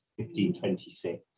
1526